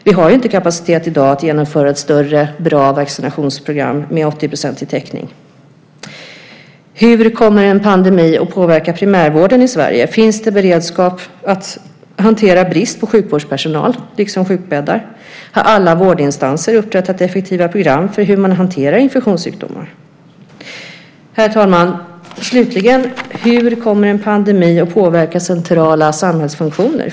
Vi har inte kapacitet i dag att genomföra ett större, bra vaccinationsprogram med 80-procentig täckning. Hur kommer en pandemi att påverka primärvården i Sverige? Finns det beredskap för att hantera brist på sjukvårdspersonal - liksom sjukbäddar? Har alla vårdinstanser upprättat effektiva program för hur man hanterar infektionssjukdomar? Herr talman! Slutligen: Hur kommer en pandemi att påverka centrala samhällsfunktioner?